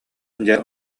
дьэ